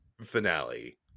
finale